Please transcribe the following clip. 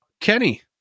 Kenny